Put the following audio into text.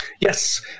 Yes